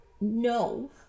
No